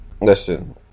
listen